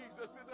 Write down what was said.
Jesus